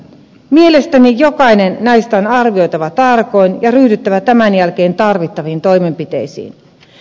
mielestäni jokainen näistä on arvioitava tarkoin ja ryhdyttävä tämän jälkeen tarvittaviin toimenpiteisiin